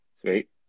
Sweet